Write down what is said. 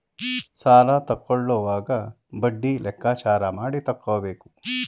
ಸಾಲ ತಕ್ಕೊಳ್ಳೋವಾಗ ಬಡ್ಡಿ ಲೆಕ್ಕಾಚಾರ ಮಾಡಿ ತಕ್ಕೊಬೇಕು